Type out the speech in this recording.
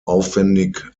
aufwendig